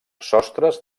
sostres